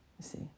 see